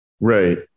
Right